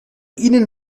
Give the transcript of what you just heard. ihnen